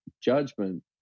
judgment